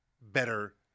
better